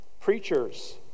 preachers